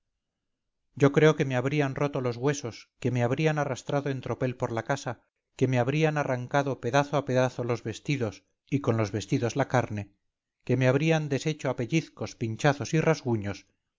yo creo que me habrían roto los huesos que me habrían arrastrado en tropel por la casa que me habrían arrancado pedazo a pedazo los vestidos y con los vestidos la carne que me habrían deshecho a pellizcos pinchazos y rasguños